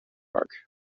park